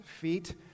feet